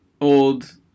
old